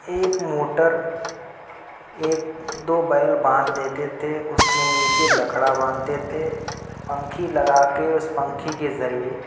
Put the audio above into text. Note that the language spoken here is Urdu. ایک موٹر ایک دو بیل باندھ دیتے تھے اس میں نیچے لکڑا باندھتے تھے پنکھی لگا کے اس پنکھی کے ذریعہ